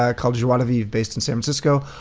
um called joie de vivre, based in san francisco.